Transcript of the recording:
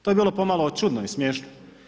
To je bilo pomalo čudno i smiješno.